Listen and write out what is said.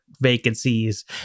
vacancies